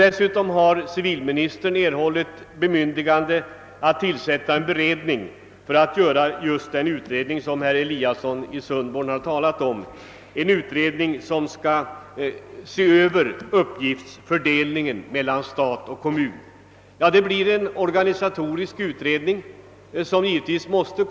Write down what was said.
Dessutom har civilministern erhållit bemyndigande att tillsätta en beredning för att göra just den utredning som herr Eliasson i Sundborn har talat om och som avser uppgiftsfördelningen mellan stat och kommun. En sådan organisatorisk utredning måste givetvis företas.